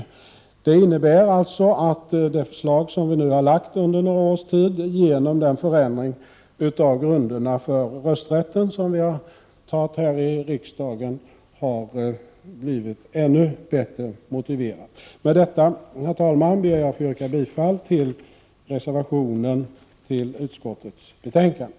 Det innebär att det förslag vi har fört fram under några års tid, genom den förändring av grunderna för rösträtt som vi har beslutat om här i riksdagen, har blivit ännu bättre motiverat. Herr talman! Med detta ber jag att få yrka bifall till reservationen till utskottets betänkande.